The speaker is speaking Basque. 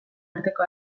arteko